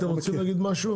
רבותיי, אתם רוצים להגיד משהו?